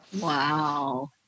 Wow